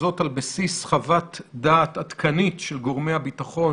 וזאת על בסיס חוות דעת עדכנית של גורמי הביטחון